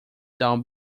down